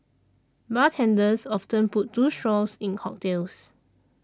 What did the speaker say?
bartenders often put two straws in cocktails